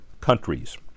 countries